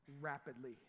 rapidly